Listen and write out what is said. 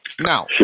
Now